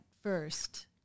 First